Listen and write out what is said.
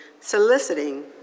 soliciting